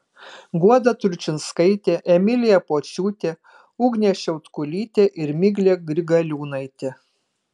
guoda tručinskaitė emilija pociūtė ugnė šiautkulytė ir miglė grigaliūnaitė